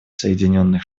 соединенных